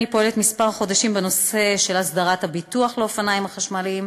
אני פועלת כמה חודשים בנושא של הסדרת הביטוח לאופניים החשמליים,